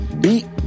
beat